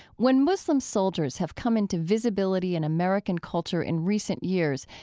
when muslim soldiers have come into visibility in american culture in recent years,